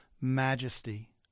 majesty